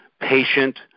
Patient